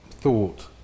thought